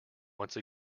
once